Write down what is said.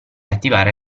attivare